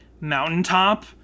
mountaintop